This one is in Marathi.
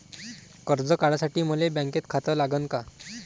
कर्ज काढासाठी मले बँकेत खातं लागन का?